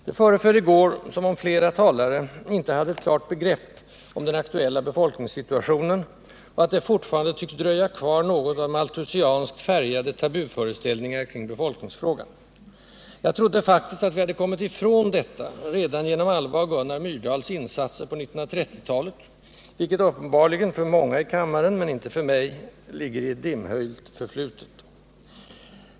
Det föreföll i går som om flera talare inte hade ett klart begrepp om den aktuella befolkningssituationen och som om det fortfarande dröjer kvar något av Malthusianskt färgade tabuföreställningar kring befolkningsfrågan. Jag trodde faktiskt att vi hade kommit ifrån detta redan genom Alva och Gunnar Myrdals insatser på 1930-talet — vilka uppenbarligen för många i kammaren, men inte för mig, ligger i ett dimhöljt förflutet.